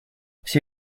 все